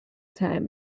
time